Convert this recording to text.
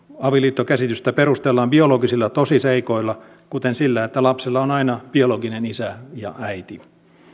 avioliittokäsitystä perustellaan biologisilla tosiseikoilla kuten sillä että lapsella on aina biologinen isä ja äiti